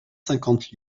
cinquante